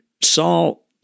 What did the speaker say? Saul